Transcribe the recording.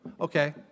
okay